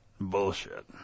bullshit